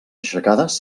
aixecades